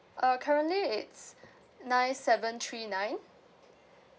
uh currently it's nine seven three nine